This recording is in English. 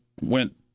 went